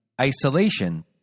isolation